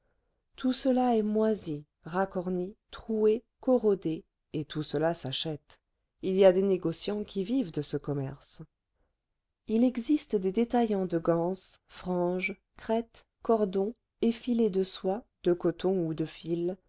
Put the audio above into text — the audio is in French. tout cela est moisi racorni troué corrodé et tout cela s'achète il y a des négociants qui vivent de ce commerce il existe des détaillants de ganses franges crêtes cordons effilés de soie de coton ou de fil